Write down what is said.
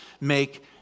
make